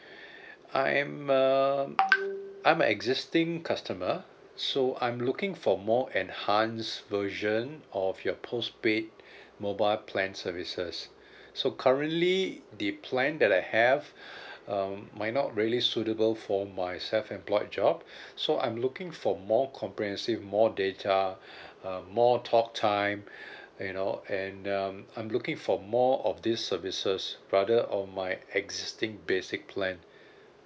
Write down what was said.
I am a I'm a existing customer so I'm looking for more enhanced version of your postpaid mobile plan services so currently the plan that I have um might not really suitable for my self-employed job so I'm looking for more comprehensive more data uh more talk time you know and um I'm looking for more of these services rather of my existing basic plan